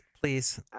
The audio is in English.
please